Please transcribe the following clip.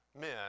men